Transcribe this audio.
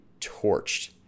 torched